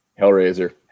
Hellraiser